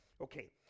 Okay